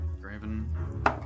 Graven